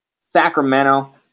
Sacramento